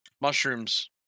Mushrooms